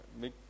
make